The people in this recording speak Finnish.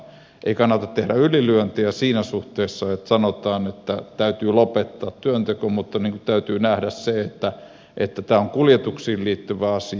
ei kannata tehdä ylilyöntiä siinä suhteessa että sanotaan että täytyy lopettaa työnteko mutta täytyy nähdä se että tämä on kuljetuksiin liittyvä asia